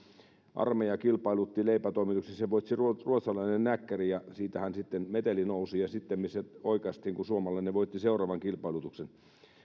armeija kilpailutti leipätoimituksensa sen voitti ruotsalainen näkkäri ja siitähän sitten meteli nousi ja ja sittemmin se oikaistiin kun suomalainen voitti seuraavan kilpailutuksen